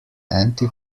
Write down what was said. anti